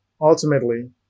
Ultimately